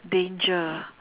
danger